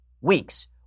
weeks